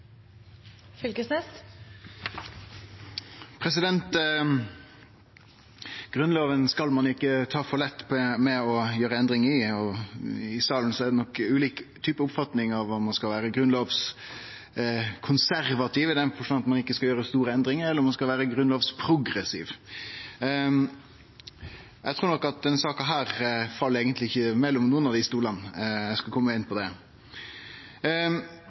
det nok ulike oppfatningar av om ein skal vere grunnlovskonservativ, i den forstand at ein ikkje skal gjere store endringar, eller om ein skal vere grunnlovsprogressiv. Eg trur ikkje denne saka fell mellom nokon av dei stolane, og eg skal kome inn på det.